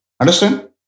Understand